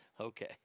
Okay